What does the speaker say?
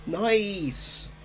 Nice